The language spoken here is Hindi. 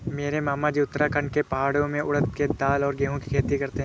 मेरे मामाजी उत्तराखंड के पहाड़ों में उड़द के दाल और गेहूं की खेती करते हैं